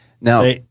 Now